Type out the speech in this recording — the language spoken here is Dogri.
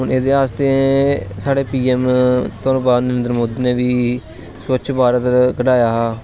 हून एहदे आस्तै साढ़े पीएम थुहानू पता नरेन्द्र मोदी ने बी स्बच्छ भारत चलाया हा